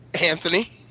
Anthony